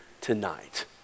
tonight